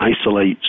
isolates